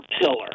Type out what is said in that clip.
pillar